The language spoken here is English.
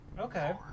Okay